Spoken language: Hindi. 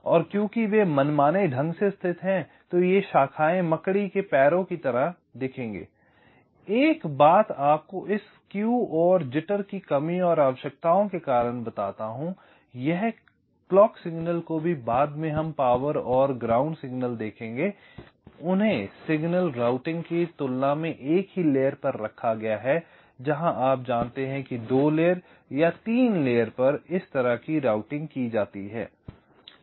और क्योंकि वे मनमाने ढंग से स्थित हैं ये शाखायें मकड़ी के पैरों की तरह दिखेंगे एक बात आपको इस स्क्यू और जिटर की कमी और आवश्यकताओं के कारण बताता हूं यह क्लॉक सिग्नल को भी बाद में हम पावर और ग्राउंड सिग्नल देखेंगे उन्हें सिग्नल राउटिंग की तुलना में एक ही लेयर पर रखा गया है जहाँ आप जानते हैं 2 लेयर या 3 लेयर पर इस तरह की राउटिंग की जाती है